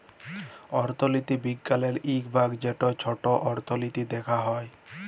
অথ্থলিতি বিজ্ঞালের ইক ভাগ যেট ছট অথ্থলিতি দ্যাখা হ্যয়